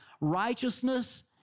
Righteousness